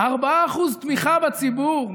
4% תמיכה בציבור,